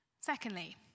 Secondly